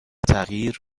تغییر